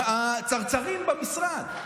הצרצרים במשרד.